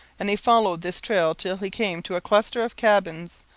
and he followed this trail till he came to a cluster of cabins.